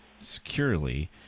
securely